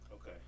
okay